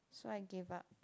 so I gave up